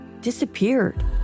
disappeared